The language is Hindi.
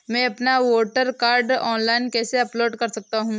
मैं अपना वोटर कार्ड ऑनलाइन कैसे अपलोड कर सकता हूँ?